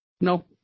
No